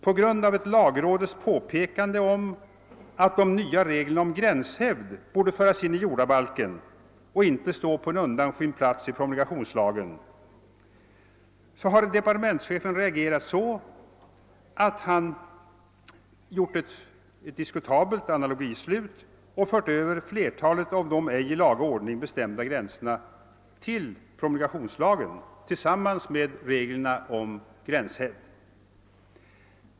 På grund av ett lagrådets påpekande om att de nya reglerna om gränshävd borde föras in i jordabalken och inte stå på en undanskymd plats i promulgationslagen har departementschefen reagerat så, att han gjort ett diskutabelt analogislut och fört över flertalet av de ej i laga ordning bestämda gränserna till promulgationslagen tillsammans med reglerna om gränshävd.